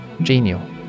genial